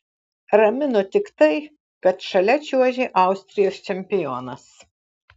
ramino tik tai kad šalia čiuožė austrijos čempionas